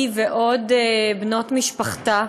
היא ועוד בנות משפחתה,